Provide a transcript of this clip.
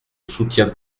soutiens